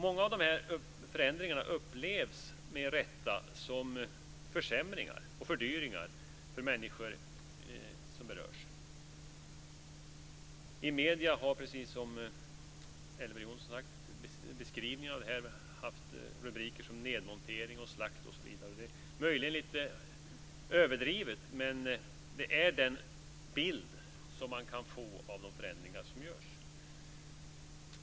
Många av de här förändringarna upplevs, med rätta, som försämringar och fördyringar för de människor som berörs. Som Elver Jonsson sade har detta i medierna beskrivits med rubriker om nedmontering, slakt osv. Möjligen är det lite överdrivet, men det är den bild som man kan få av de förändringar som görs.